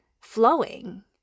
flowing